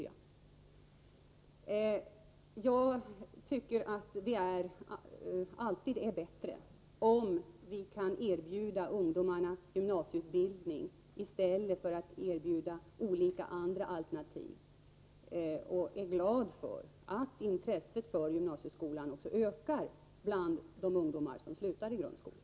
Jag tycker att det alltid är bättre om vi kan erbjuda ungdomarna gymnasieutbildning i stället för att erbjuda olika andra alternativ. Jag är glad för att intresset för gymnasieskolan också ökar bland de ungdomar som slutar grundskolan.